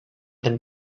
than